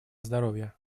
здоровья